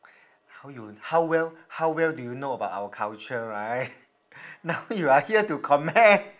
how you how well how well do you know about our culture right now you are here to comment